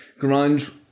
Grunge